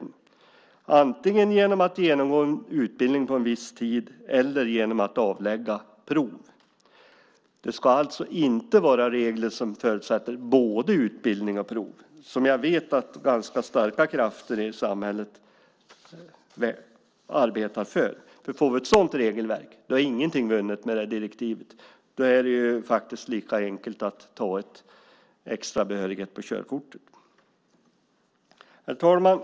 Man kan få det antingen genom att genomgå en utbildning på en viss tid eller genom att avlägga prov. Det ska alltså inte vara regler som förutsätter både utbildning och prov. Jag vet att ganska starka krafter i samhället arbetar för det. Men om vi får ett sådant regelverk är ingenting vunnet med direktivet. Då är det lika enkelt att ta en extra behörighet på körkortet. Herr talman!